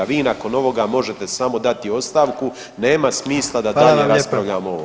Vi nakon ovoga, možete samo dati ostavku, nema smisla da dalje raspravljamo o ovom.